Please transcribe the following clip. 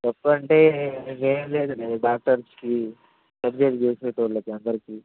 తప్పంటే ఏమి లేదు డాక్టర్స్కి సర్జరీ చేసే వాళ్ళకి అందరికి